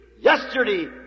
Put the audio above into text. yesterday